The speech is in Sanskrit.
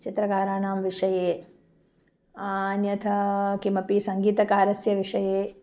चित्रकाराणां विषये अन्यथा किमपि सङ्गीतकारस्य विषये